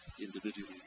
individually